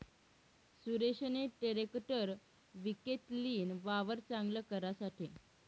सुरेशनी ट्रेकटर विकत लीन, वावर चांगल करासाठे